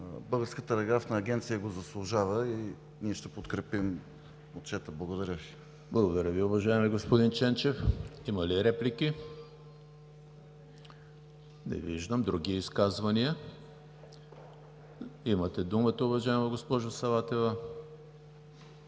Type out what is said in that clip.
Българската телеграфна агенция го заслужава и ние ще подкрепим отчета. Благодаря Ви. ПРЕДСЕДАТЕЛ ЕМИЛ ХРИСТОВ: Благодаря Ви, уважаеми господин Ченчев. Има ли реплики? Не виждам. Други изказвания? Имате думата, уважаема госпожо Саватева.